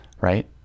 right